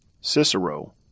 Cicero